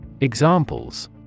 Examples